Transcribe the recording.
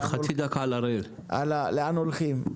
לאן הולכים.